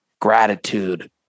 gratitude